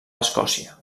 escòcia